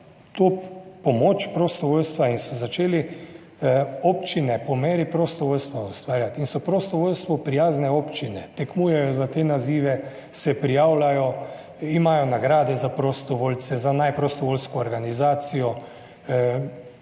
to pomoč prostovoljstva in so začeli občine po meri prostovoljstva ustvarjati, in so prostovoljstvu prijazne občine, tekmujejo za te nazive, se prijavljajo, imajo nagrade za prostovoljce, za naj prostovoljsko organizacijo,